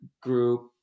group